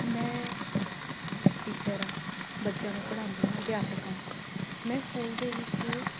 ਮੈਂ ਟੀਚਰ ਹਾਂ ਬੱਚਿਆਂ ਨੂੰ ਪੜ੍ਹਾਉਂਦੀ ਹਾਂ ਅਧਿਆਪਕ ਹਾਂ ਮੈਂ ਸਕੂਲ ਦੇ ਵਿੱਚ